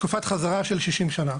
תקופת חזרה של 60 שנה,